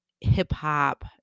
hip-hop